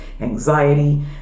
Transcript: anxiety